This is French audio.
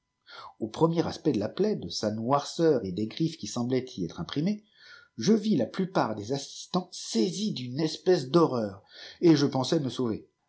au premier aspect de la plaie de sa noirceur et des griffes qui semblaient y être imprimées la plupart des ssislants furent saisis d'horreur et le petit piron voulut se sauver